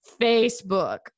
Facebook